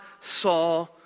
saw